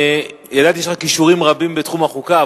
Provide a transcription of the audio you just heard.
אני ידעתי שיש לך כישורים רבים בתחום החוקה,